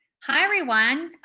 hi, everyone.